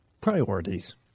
Priorities